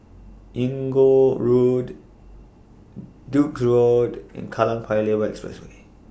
Inggu Road Duke's Road and Kallang Paya Lebar Expressway